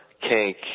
kink